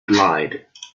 lied